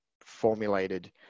formulated